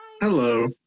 Hello